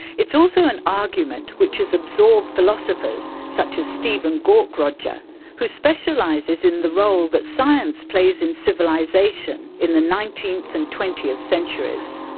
it's also an argument which has absorbed philosophers such as stephen gaukroger who specialises in the role that science plays in civilisation in the nineteenth and twentieth centuries.